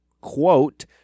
quote